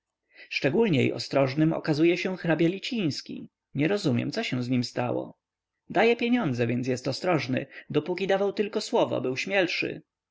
szczególniej ostrożnym okazuje się hrabia liciński nie rozumiem co się z nim stało daje pieniądze więc jest ostrożny dopóki dawał tylko słowo był śmielszy